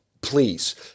please